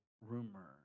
Rumor